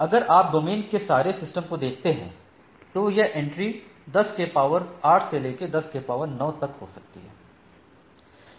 अगर आप डोमेन के सारे सिस्टम के लिए देखते हैं तो यह एंट्री 10 के पावर 8 से लेकर 10 के पावर 9 तक हो सकती है